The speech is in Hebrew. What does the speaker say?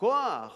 כוח